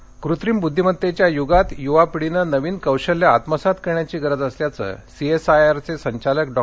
पदवी प्रदान कृत्रिम बुद्धिमत्तेच्या या युगात युवा पिढीनं नवीन कौशल्य आत्मसात करण्याची गरज असल्याचं सीएसआयआरचे संचालक डॉ